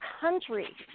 country